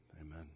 amen